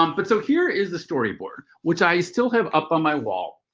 um but so here is the storyboard, which i still have up on my wall.